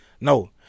No